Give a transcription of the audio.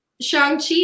Shang-Chi